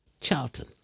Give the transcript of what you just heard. Charlton